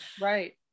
right